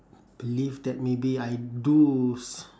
believe that maybe I do s~